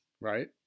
right